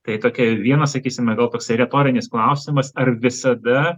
tai tokia viena sakysime gal toksai retorinis klausimas ar visada